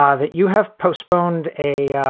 um that you have postponed a. yeah